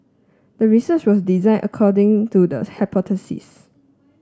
the research was designed according to the hypothesis